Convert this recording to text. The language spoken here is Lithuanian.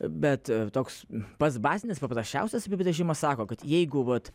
bet toks pats bazinis paprasčiausias apibrėžimas sako kad jeigu vat